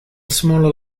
smaller